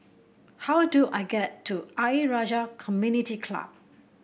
how do I get to Ayer Rajah Community Club